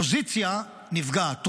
האופוזיציה נפגעת,